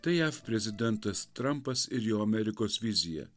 tai jav prezidentas trampas ir jo amerikos vizija